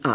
R